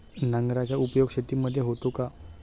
नांगराचा उपयोग शेतीमध्ये होतो का?